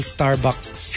Starbucks